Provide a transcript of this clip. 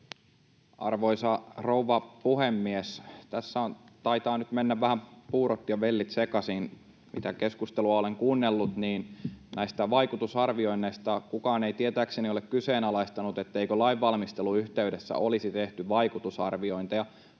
Arvoisa rouva puhemies! Tässä taitavat nyt mennä vähän puurot ja vellit sekaisin, mitä olen keskustelua kuunnellut näistä vaikutusarvioinneista. Kukaan ei tietääkseni ole kyseenalaistanut, etteikö lainvalmistelun yhteydessä olisi tehty vaikutusarviointeja,